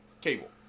Cable